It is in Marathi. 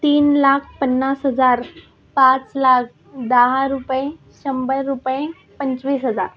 तीन लाख पन्नास हजार पाच लाख दहा रुपये शंभर रुपये पंचवीस हजार